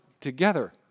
together